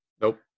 Nope